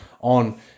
on